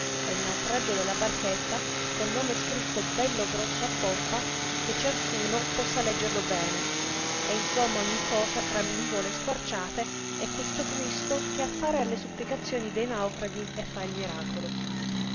e il naufragio della barchetta col nome scritto bello grosso a poppa che ciascuno possa leggerlo bene e insomma ogni cosa tra nuvole squarciate e questo cristo che appare alle supplicazioni dei naufraghi e fa il miracolo